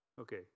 Okay